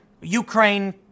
Ukraine